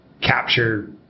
capture